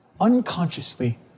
unconsciously